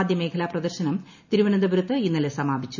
ആദൃ മേഖലാ പ്രദർശനം തിരുവനന്തപുരത്ത് ഇന്ന്ലെ സമാപിച്ചു